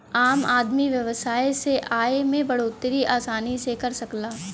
आम आदमी व्यवसाय से आय में बढ़ोतरी आसानी से कर सकला